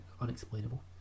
unexplainable